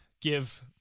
give